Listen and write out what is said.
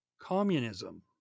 communism